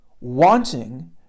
wanting